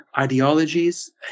ideologies